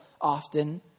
often